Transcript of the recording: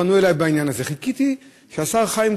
הפועלת בעמותת "שלוה",